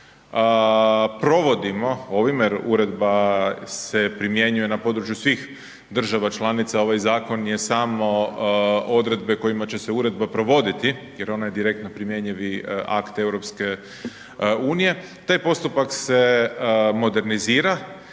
provodimo, ovime uredba se primjenjuje na području svih država članica, ovaj zakon je samo odredbe kojima će se uredba provoditi jer ona je direktno primjenjivi akt EU-a, taj postupak se modernizira